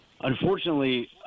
unfortunately